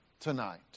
tonight